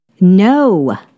no